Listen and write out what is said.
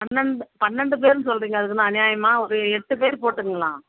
பன்னண்டு பன்னெண்டு பேருன்னு சொல்கிறிங்க அதுக்குன்னு அநியாயமாக ஒரு எட்டு பேர் போட்டுக்கங்களேன்